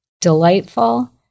delightful